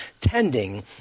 tending